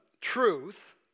truth